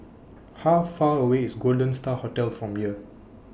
How Far away IS Golden STAR Hotel from here